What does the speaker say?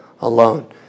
alone